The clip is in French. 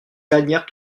gagnaire